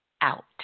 out